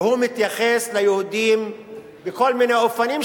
והוא מתייחס ליהודים בכל מיני אופנים,